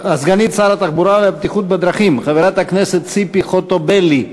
התחבורה והבטיחות בדרכים חברת הכנסת ציפי חוטובלי.